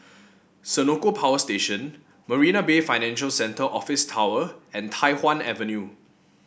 Senoko Power Station Marina Bay Financial Centre Office Tower and Tai Hwan Avenue